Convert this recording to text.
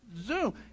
zoom